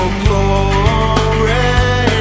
glory